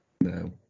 No